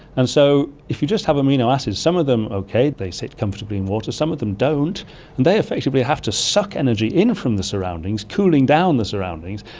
and so if you just have amino acids some of them are okay, they sit comfortably in water, some of them don't, and they effectively have to suck energy in from the surroundings, cooling down the surroundings.